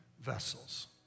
vessels